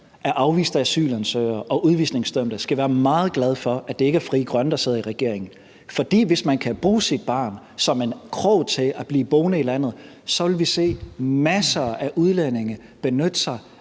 afviste asylansøgere og udvisningsdømte i det her land skal være meget glade for, at det ikke er Frie Grønne, der sidder i regering, for hvis man kan bruge sit barn som en krog til at blive boende i landet, vil vi se masser af udlændinge benytte sig